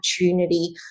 opportunity